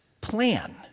plan